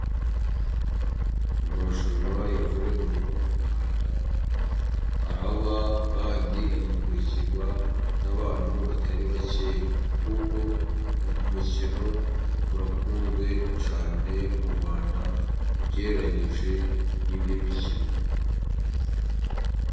Amarushanwa ya voreboro mu Rwanda araba，Kandi agakurikirwa n'abantu batari bakeya. Kuko umukino urakunzwe cyane mu Rwanda，ugereranyije n'indi mikino.